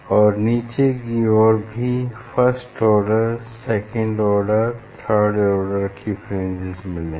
और नीचे ओर भी first order second order third order की फ्रिंजेस मिलेंगी